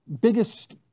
biggest